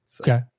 Okay